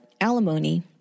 alimony